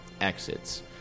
exits